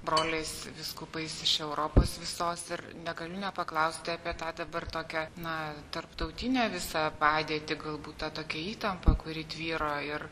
broliais vyskupais iš europos visos ir negaliu nepaklausti apie tą dabar tokią na tarptautinę visą padėtį galbūt tą tokią įtampa kuri tvyro ir